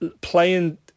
playing